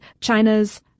China's